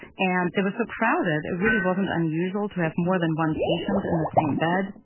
and they were so crowded. it really wasn't unusual to have more than one patient in the same bed.